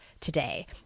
today